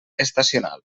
estacional